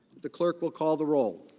the clerk will call the role.